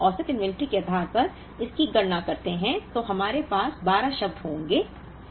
अब जब हम औसत इन्वेंट्री के आधार पर इसकी गणना करते हैं तो हमारे पास 12 शब्द होंगे